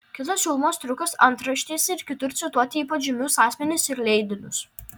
kitas siūlomas triukas antraštėse ir kitur cituoti ypač žymius asmenis ir leidinius